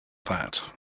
that